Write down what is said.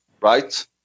right